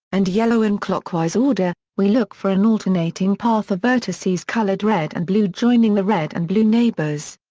and yellow in clockwise order, we look for an alternating path of vertices colored red and blue joining the red and blue neighbors.